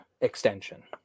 extension